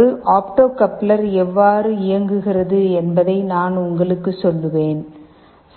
ஒரு opto coupler எவ்வாறு இயங்குகிறது என்பதை நான் உங்களுக்கு சொல்லுவேன்